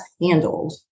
handled